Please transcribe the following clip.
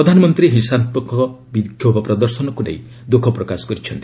ପ୍ରଧାନମନ୍ତ୍ରୀ ହିଂସାତ୍କକ ବିକ୍ଷୋଭ ପ୍ରଦର୍ଶନକୁ ନେଇ ଦ୍ୟୁଖ ପ୍ରକାଶ କରିଛନ୍ତି